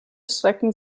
strecken